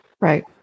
right